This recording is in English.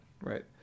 right